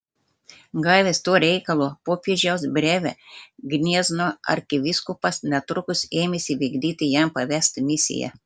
gavęs tuo reikalu popiežiaus brevę gniezno arkivyskupas netrukus ėmėsi vykdyti jam pavestą misiją